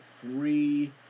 three